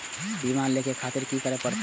बीमा लेके खातिर की करें परतें?